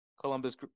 Columbus